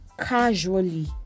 casually